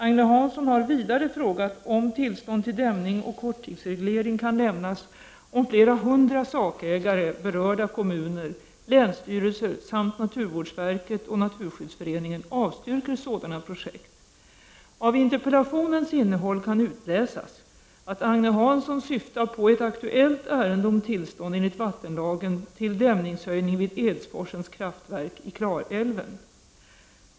Agne Hansson har vidare frågat om tillstånd till dämning och korttidsreglering kan lämnas om flera hundra sakägare, berörda kommuner, länsstyrelser samt naturvårdsverket och naturskyddsföreningen avstyrker sådana projekt. Av interpellationens innehåll kan utläsas att Agne Hansson syftar på ett aktuellt ärende om tillstånd enligt vattenlagen till dämningshöjning vid Edsforsens kraftverk i Klarälven.